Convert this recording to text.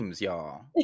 y'all